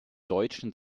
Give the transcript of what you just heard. deutschen